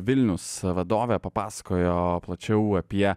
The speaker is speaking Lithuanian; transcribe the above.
vilnius vadovė papasakojo plačiau apie